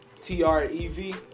T-R-E-V